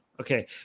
okay